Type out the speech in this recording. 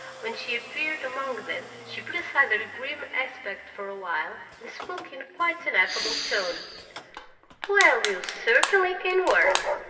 when she appeared among them, she put aside her grim aspect for a while, and spoke in quite an affable tone well, you certainly can work!